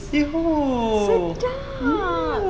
sedap